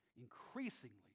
increasingly